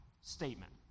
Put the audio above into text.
statement